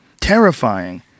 terrifying